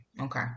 okay